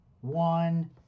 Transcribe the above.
one